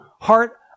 heart